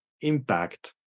impact